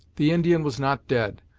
the indian was not dead,